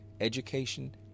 education